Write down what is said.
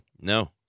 No